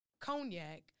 cognac